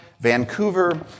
Vancouver